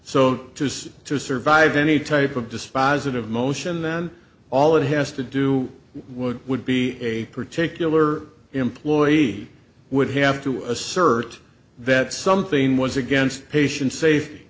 so just to survive any type of dispositive motion then all it has to do would would be a particular employee would have to assert that something was against patient safety